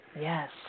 Yes